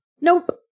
Nope